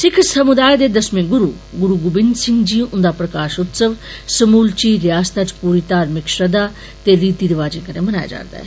सिख समुदाय दे दसमें गुरू गुरू गोबिंद सिंह जी हुंदा प्रकाषोत्सव समूलची रियासत च पूरी धार्मिक श्रद्वा ते रीति रिवाजें कन्नै मनाया जा'रदा ऐ